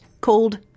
called